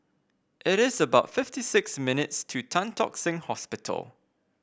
it is about fifty six minutes' to Tan Tock Seng Hospital